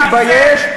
מי שצריך להתבייש,